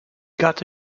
got